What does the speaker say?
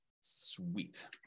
Sweet